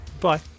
Bye